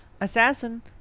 Assassin